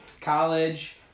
College